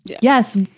Yes